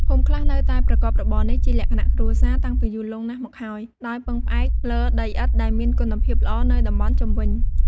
ភូមិខ្លះនៅតែប្រកបរបរនេះជាលក្ខណៈគ្រួសារតាំងពីយូរលង់ណាស់មកហើយ ដោយពឹងផ្អែកលើដីឥដ្ឋដែលមានគុណភាពល្អនៅតំបន់ជុំវិញ។